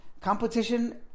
competition